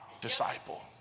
disciple